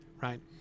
right